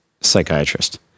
psychiatrist